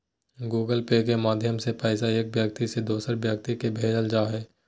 Google Pay के माध्यम से पैसा एक व्यक्ति से दोसर व्यक्ति के भेजल जा हय